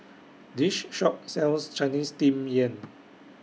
This Shop sells Chinese Steamed Yam